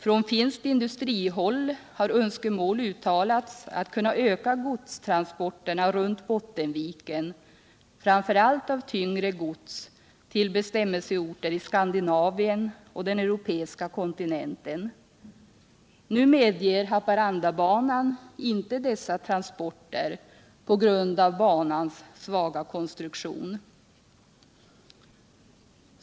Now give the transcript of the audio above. Från finskt industrihåll har önskemål uttalats att kunna öka godstransporterna runt Bottenviken framför allt av tyngre gods till bestämmelseorter i Skandinavien och på den europeiska kontinenten. Nu medger Haparandabanan inte dessa transporter på grund av banans svaga konstruktion.